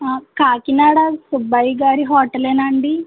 కాకినాడ సుబ్బయ్య గారి హోటలేనా అండి